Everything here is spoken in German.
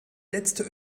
letzte